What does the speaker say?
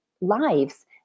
lives